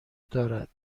دارد